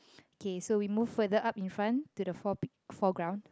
okay so we move further up in front to the fore pic~ foreground